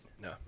No